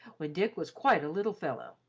when dick was quite a little fellow.